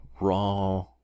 Raw